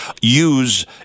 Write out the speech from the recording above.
use